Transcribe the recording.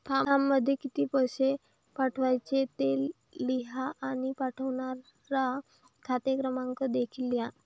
फॉर्ममध्ये किती पैसे पाठवायचे ते लिहा आणि पाठवणारा खाते क्रमांक देखील लिहा